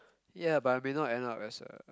ya but I may not end up as a